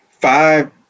five